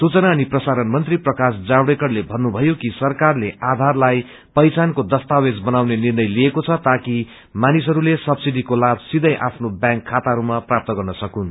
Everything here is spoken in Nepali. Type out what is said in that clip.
सूचना अनि प्रसारण मन्त्री प्रकाश जावडेकरले भन्नुभयो कि सरकारले आधारलाई पहिचानको दस्तावेज बनाउने निर्णय लिएको छ ताकि मानिसहरूले सब्सिडीको लाभ सीथै आफ्नो ब्यांक खाताहरूमा प्राप्त गर्न सक्नुन्